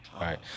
Right